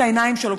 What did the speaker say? את העיניים שלו,